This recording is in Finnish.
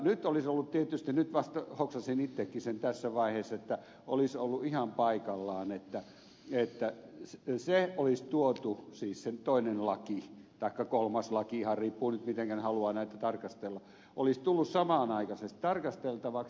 nyt olisi ollut tietysti nyt vasta hoksasin sen itsekin tässä vaiheessa ihan paikallaan että se toinen laki taikka kolmas laki ihan riippuu siitä miten haluaa näitä tarkastella olisi tullut samaan aikaan tarkasteltavaksi